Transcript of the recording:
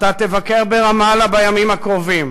אתה תבקר ברמאללה בימים הקרובים.